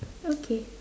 okay